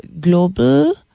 global